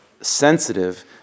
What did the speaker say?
sensitive